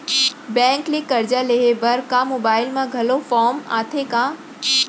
Bank ले करजा लेहे बर का मोबाइल म घलो फार्म आथे का?